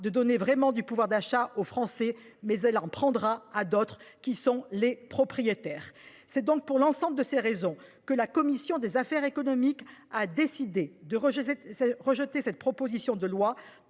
de redonner vraiment du pouvoir d'achat à certains Français, mais elle en prendra à d'autres : les propriétaires. C'est pour l'ensemble de ces raisons que la commission des affaires économiques a décidé de rejeter cette proposition de loi.